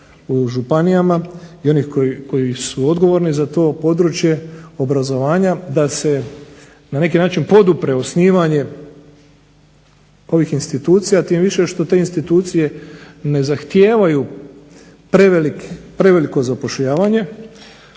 u županijama i onih koji su odgovorni za to područje obrazovanja da se na neki način podupre osnivanje ovih institucija tim više što te institucije ne zahtijevaju preveliko, jer